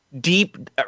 deep